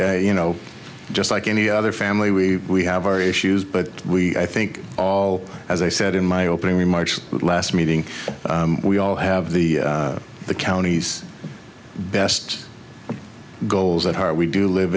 you know just like any other family we have our issues but i think all as i said in my opening remarks last meeting we all have the the county's best goals that are we do live